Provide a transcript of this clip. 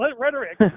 rhetoric